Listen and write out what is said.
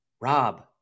Rob